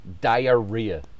diarrhea